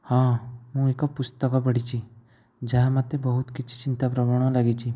ହଁ ମୁଁ ଏକ ପୁସ୍ତକ ପଢ଼ିଛି ଯାହା ମୋତେ ବହୁତ କିଛି ଚିନ୍ତାପ୍ରବଣ ଲାଗିଛି